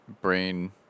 brain